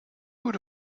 would